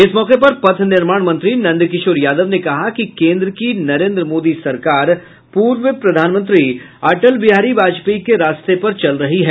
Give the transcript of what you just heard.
इस मौके पर पथ निर्माण मंत्री नंदकिशोर यादव ने कहा कि केंद्र की नरेंद्र मोदी सरकार पूर्व प्रधानमंत्री अटल बिहार वाजपेयी के रास्ते पर चल रही है